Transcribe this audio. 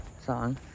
song